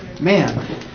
man